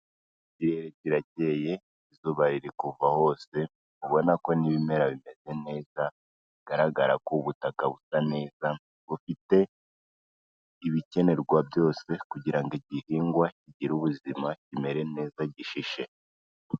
Ikirere cyiracyeye izuba riri kuva hose ubona ko n'ibimera bimeze neza bigaragara ko ubutaka busa neza bufite ibikenerwa byose kugira ngo igihingwa kigire ubuzima kimere neza gishishe .